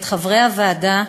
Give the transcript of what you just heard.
עם חברי הוועדה,